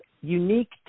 unique